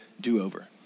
do-over